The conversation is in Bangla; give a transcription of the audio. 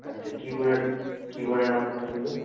আচ্ছা কি বলে কী বলে নাম্বারটা দিলো